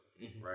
right